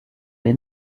les